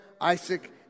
Isaac